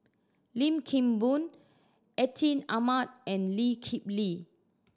Lim Kim Boon Atin Amat and Lee Kip Lee